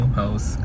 house